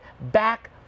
back